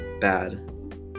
bad